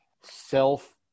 self